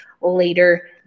later